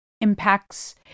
impacts